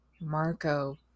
Marco